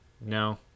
No